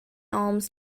alms